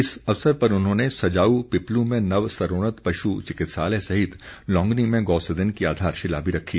इस अवसर पर उन्होंने सजाऊ पिपलू में नव स्तरोन्नत पशु चिकित्सालय सहित लोंगणी में गोसदन की आधारशिला भी रखी